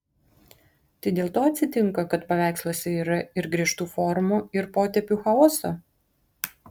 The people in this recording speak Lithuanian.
tai dėl to atsitinka kad paveiksluose yra ir griežtų formų ir potėpių chaoso